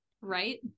Right